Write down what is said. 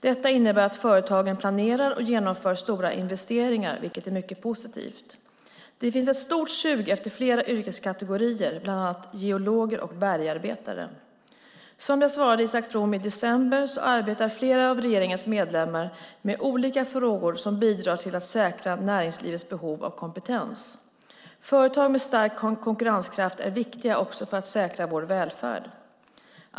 Detta innebär att företagen planerar och genomför stora investeringar, vilket är mycket positivt. Det finns ett stort sug efter flera yrkeskategorier, bland annat geologer och bergarbetare. Som jag svarade Isak From i december arbetar flera av regeringens medlemmar med olika frågor som bidrar till att säkra näringslivets behov av kompetens. Företag med stark konkurrenskraft är viktiga också för att säkra vår välfärd.